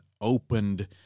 opened